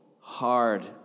hard